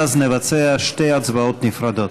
ואז נבצע שתי הצבעות נפרדות.